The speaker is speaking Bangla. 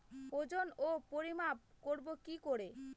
ওজন ও পরিমাপ করব কি করে?